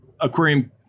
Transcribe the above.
aquarium